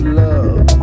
love